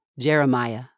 Jeremiah